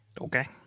okay